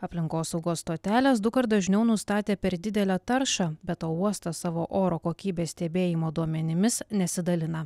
aplinkosaugos stotelės dukart dažniau nustatė per didelę taršą be to uostas savo oro kokybės stebėjimo duomenimis nesidalina